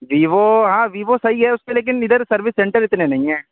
جی وہ ہاں ویوو صحیح ہے اس کے لیکن ادھر سروس سینٹر اتنے نہیں ہیں